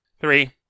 Three